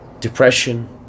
depression